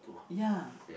ya